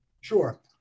Sure